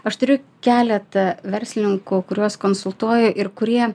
aš turiu keletą verslininkų kuriuos konsultuoju ir kurie